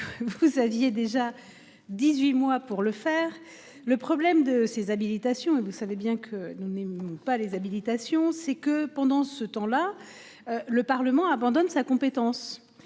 Vous aviez déjà 18 mois pour le faire. Le problème de ces habilitations et vous savez bien que nous n'aimons pas les habilitations, c'est que pendant ce temps là. Le Parlement abandonne sa compétence